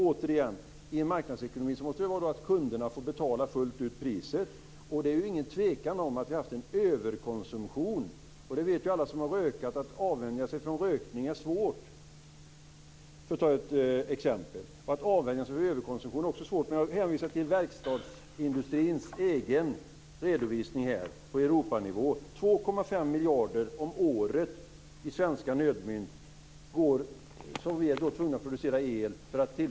Återigen: I en marknadsekonomi måste det fungera så att kunderna får betala priset fullt ut. Det är ingen tvekan om att vi har haft en överkonsumtion. Alla som har varit rökare vet att det är svårt att avvänja sig från rökning - för att ta ett exempel. Och att avvänja sig från överkonsumtion är också svårt. Jag vill hänvisa till verkstadsindustrins egen redovisning på Europanivå som visar att vi är tvungna att producera el för 2,5 miljarder om året i svenska nödmynt för att - helt i onödan - möta denna överkonsumtion.